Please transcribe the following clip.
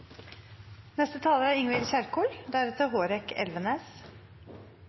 Neste taler er Geir Pollestad, deretter